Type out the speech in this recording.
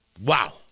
Wow